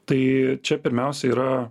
tai čia pirmiausia yra